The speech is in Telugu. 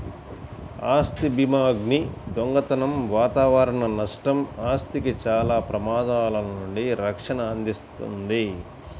ఆస్తి భీమాఅగ్ని, దొంగతనం వాతావరణ నష్టం, ఆస్తికి చాలా ప్రమాదాల నుండి రక్షణను అందిస్తుంది